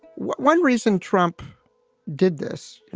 one reason trump did this.